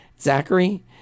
Zachary